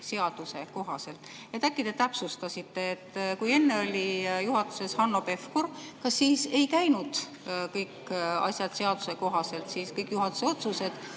seaduse kohaselt. Äkki te täpsustaksite. Kui enne oli juhatuses Hanno Pevkur, kas siis ei käinud kõik asjad seaduse kohaselt, kõik juhatuse otsused?